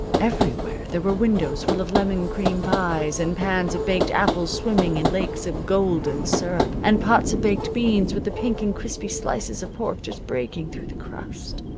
everywhere there were windows full of lemon cream pies, and pans of baked apples swimming in lakes of golden syrup, and pots of baked beans with the pink and crispy slices of pork just breaking through the crust.